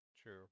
True